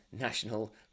national